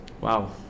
Wow